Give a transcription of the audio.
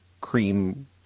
cream